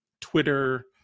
Twitter